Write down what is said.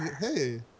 hey